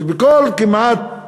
שכמעט